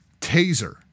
Taser